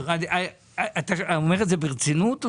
אתה אומר את זה ברצינות?